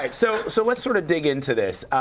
like so so let's sort of dig into this.